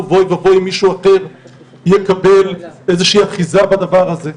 ואוי ואבוי אם מישהו אחר יקבל איזה שהיא אחיזה בדבר הזה,